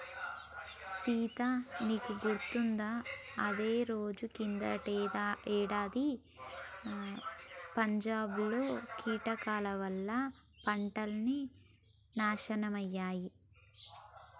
సీత నీకు గుర్తుకుందా ఇదే రోజు కిందటేడాది పంజాబ్ లో కీటకాల వల్ల పంటలన్నీ నాశనమయ్యాయి